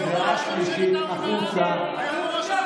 לא משנה כמה תגיד "חבר הכנסת נתניהו"